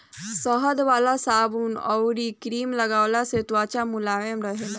शहद वाला साबुन अउरी क्रीम लगवला से त्वचा मुलायम रहेला